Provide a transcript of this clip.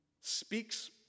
speaks